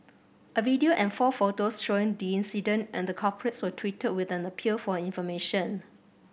a video and four photos showing the incident and the culprits were tweeted with an appeal for information